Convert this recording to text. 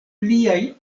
pliaj